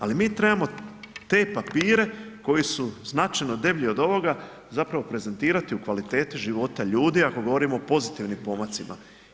Ali mi trebamo te papire koji su značajno deblji od ovoga zapravo prezentirati u kvaliteti života ljudi ako govorimo o pozitivnim pomacima.